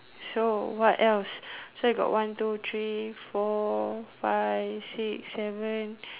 so what else so you got one two three four five six seven